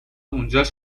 اونجاش